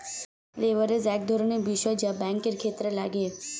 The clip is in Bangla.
লেভারেজ এক ধরনের বিষয় যা ব্যাঙ্কের ক্ষেত্রে লাগে